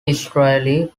israeli